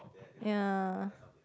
ya